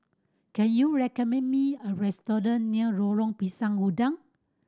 can you recommend me a restaurant near Lorong Pisang Udang